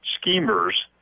schemers